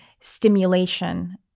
stimulation